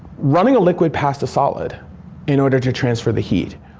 running a liquid past a solid in order to transfer the heat?